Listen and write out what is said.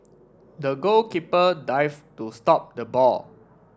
the goalkeeper dived to stop the ball